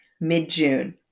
mid-June